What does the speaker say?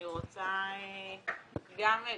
אני רוצה גם לשמוע,